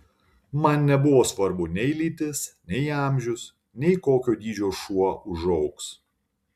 man nebuvo svarbu nei lytis nei amžius nei kokio dydžio šuo užaugs